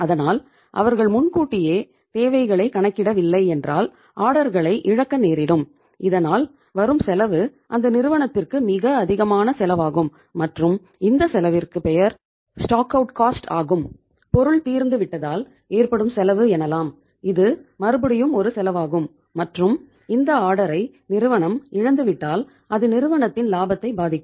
அதனால் அவர்கள் முன்கூட்டியே தேவைகளை கணக்கிட வில்லை என்றால் ஆர்டர்களை நிறுவனம் இழந்துவிட்டால் அது நிறுவனத்தின் லாபத்தை பாதிக்கும்